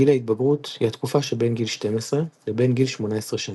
גיל ההתבגרות היא התקופה שבין גיל 12 לבין גיל 18 שנים.